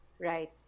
Right